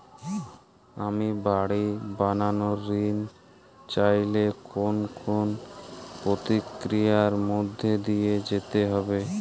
আমি বাড়ি বানানোর ঋণ চাইলে কোন কোন প্রক্রিয়ার মধ্যে দিয়ে যেতে হবে?